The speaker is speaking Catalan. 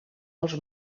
als